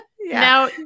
Now